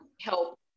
help